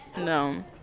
No